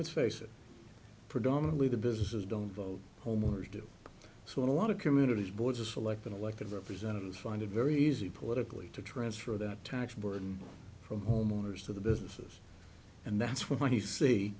let's face it predominantly the businesses don't vote homeowners do so in a lot of communities boards are selecting elected representatives find it very easy politically to transfer that tax burden from homeowners to the businesses and that's